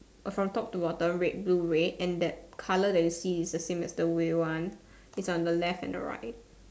from top to bottom red blue red and that colour that you see is the same as the wheel one is on the left and the right